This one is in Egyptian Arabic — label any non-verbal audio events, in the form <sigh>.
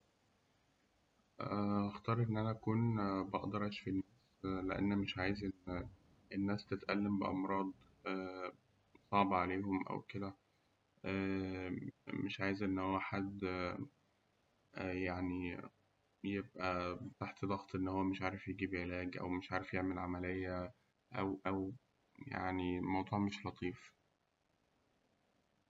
هأختار إن أنا أكون بقدر أشفي لأن مش عايز إن الناس تتألم بأمراض <hesitation> صعبة عليهم أو كده، <hesitation> مش عايز إن هو حد <hesitation> يعني يبقى تحت ضغط إن هو مش عارف يجيب علاج ومش عارف يعمل عملية أو أو يعني موضوع مش لطيف.